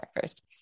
first